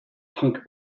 punk